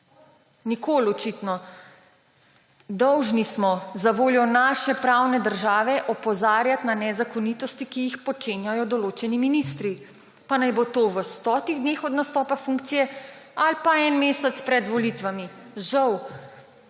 Nikoli, očitno. Dolžni smo zavoljo naše pravne države opozarjati na nezakonitosti, ki jih počenjajo določeni ministri, pa naj bo to v 100 dneh od nastopa funkcije ali pa en mesec pred volitvami, žal.